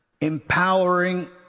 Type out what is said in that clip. empowering